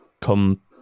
come